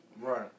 Right